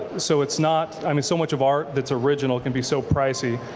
so it's not i mean so much of art that's original can be so pricey.